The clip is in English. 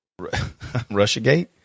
Russiagate